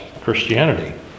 Christianity